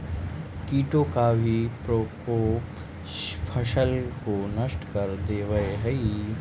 कीटों का भी प्रकोप फसल को नष्ट कर देवअ हई